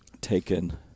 taken